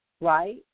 right